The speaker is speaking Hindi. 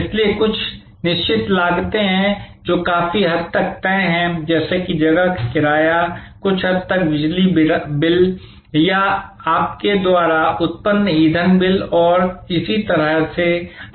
इसलिए कुछ निश्चित लागतें हैं जो काफी हद तक तय हैं जैसे कि जगह का किराया कुछ हद तक बिजली बिल या आपके द्वारा उत्पन्न ईंधन बिल और इसी तरह से अन्य हैं